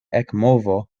ekmovo